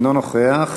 אינו נוכח.